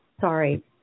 sorry